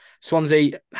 Swansea